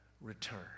return